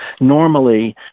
Normally